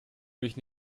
mich